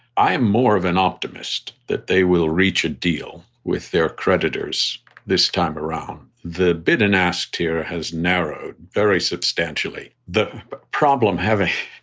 i am more of an optimist that they will reach a deal with their creditors this time around. the bid and ask here has narrowed very substantially. the problem, however,